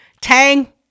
Tang